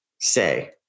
say